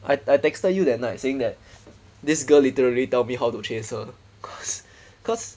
I I texted you that night saying that this girl literally tell me how to chase her cause cause